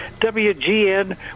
WGN